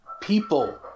people